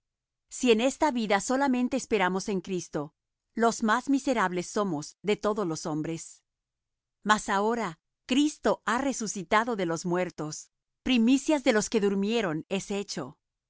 si en esta vida solamente esperamos en cristo los más miserables somos de todos los hombres mas ahora cristo ha resucitado de los muertos primicias de los que durmieron es hecho